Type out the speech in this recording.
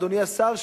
אדוני השר,